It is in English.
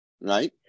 right